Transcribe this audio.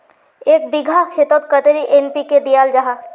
एक बिगहा खेतोत कतेरी एन.पी.के दियाल जहा?